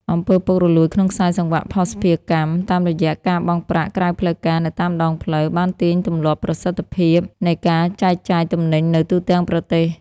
អំពើពុករលួយ ក្នុងខ្សែសង្វាក់ភស្តុភារកម្ម តាមរយៈការបង់ប្រាក់ក្រៅផ្លូវការនៅតាមដងផ្លូវ បានទាញទម្លាក់ប្រសិទ្ធភាពនៃការចែកចាយទំនិញនៅទូទាំងប្រទេស។